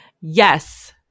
Yes